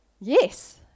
yes